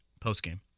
postgame